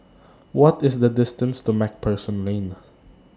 What IS The distance to MacPherson Lane